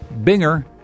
Binger